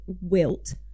wilt